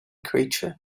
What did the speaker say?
creature